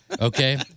Okay